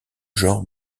genres